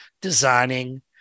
designing